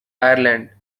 ireland